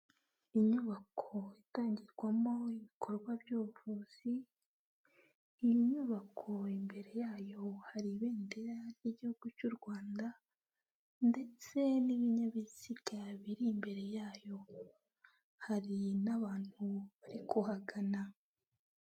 Inyubako itangirwamo ibikorwa by'ubuvuzi, iyi nyubako imbere yayo hari Ibendera ry'Igihugu cy'u Rwanda ndetse n'ibinyabiziga biri imbere yayo, hari n'abantu bari kuhagana.